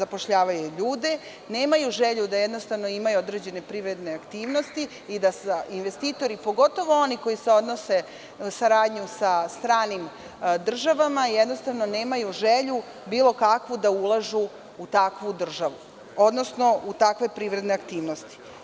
zapošljavaju ljude, nemaju želju da imaju određene privredne aktivnosti i investitori, pogotovo oni koji se odnose na saradnju sa stranim državama, nemaju želju da ulažu u takvu državu, odnosno u takve privredne aktivnosti.